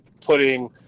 putting